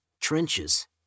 trenches